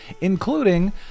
including